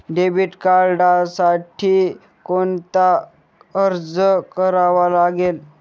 Debit कार्डसाठी कोणता अर्ज करावा लागेल?